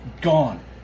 Gone